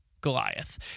Goliath